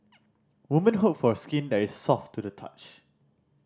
women hope for skin that is soft to the touch